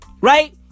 Right